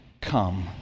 come